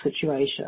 situation